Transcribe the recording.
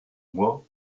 moi